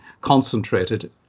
concentrated